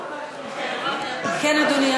כן, אדוני.